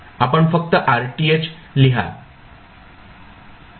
आपण फक्त RTh लिहाल